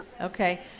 Okay